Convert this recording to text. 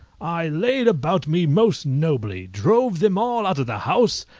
i laid about me most nobly, drove them all out of the house,